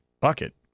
bucket